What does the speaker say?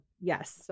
yes